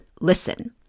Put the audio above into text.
Listen